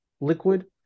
liquid